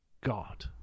God